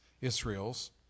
Israel's